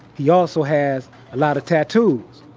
he also has a lot of tattoos.